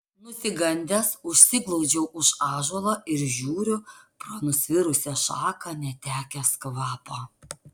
nusigandęs užsiglaudžiau už ąžuolo ir žiūriu pro nusvirusią šaką netekęs kvapo